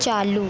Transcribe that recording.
चालू